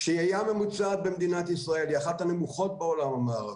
שהייה ממוצעת במדינת ישראל היא אחת הנמוכות בעולם המערבי.